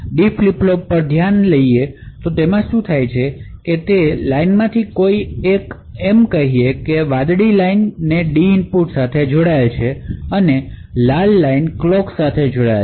તો ચાલો D flip flop ધ્યાનમાં લઈએ અને શું થાય છે તે લીટીઓમાંથી કોઈ એક એમ કહીએ કે વાદળી રેખા D ઇનપુટ સાથે જોડાયેલ છે અને લાલ રેખા ક્લોક સાથે જોડાયેલ છે